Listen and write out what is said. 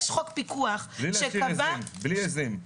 בלי להשאיר עיזים.